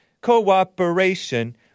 Cooperation